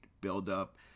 build-up